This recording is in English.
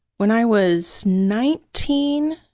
when i was nineteen,